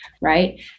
right